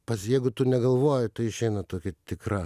pats jeigu tu negalvoji tai išeina tokia tikra